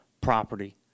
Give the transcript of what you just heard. property